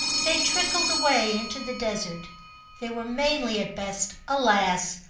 they trickled away into the desert they were mainly at best, alas,